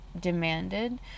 demanded